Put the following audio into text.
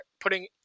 putting